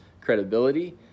credibility